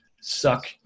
suck